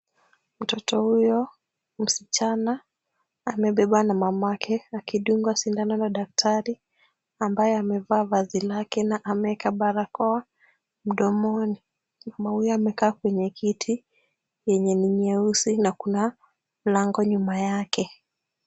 Mtoto huyo msichana amebebwa na mamake akidungwa sindano na daktari, ambaye amevaa vazi lake na ameweka barakoa mdomoni. Mama huyu amekaa kwenye kiti yenye ni nyeusi na kuna lango nyuma yake.